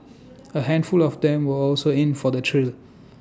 A handful of them were also in for the thrill